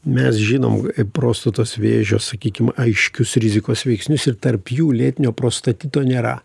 mes žinom prostatos vėžio sakykim aiškius rizikos veiksnius ir tarp jų lėtinio prostatito nėra